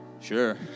Sure